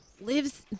lives